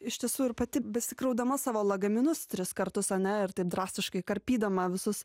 iš tiesų ir pati besikraudama savo lagaminus tris kartus ane ir taip drastiškai karpydama visus